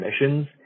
emissions